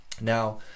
Now